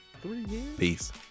Peace